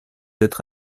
être